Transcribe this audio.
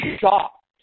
shocked